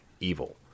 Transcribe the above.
evil